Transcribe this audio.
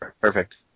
Perfect